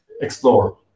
explore